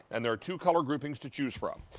and there are two color groupings to choose from.